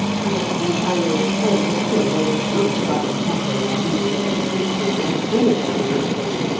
i think i may say that i know as much about the chateau larouge and its history as anybody, miss lorne,